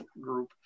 group